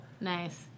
Nice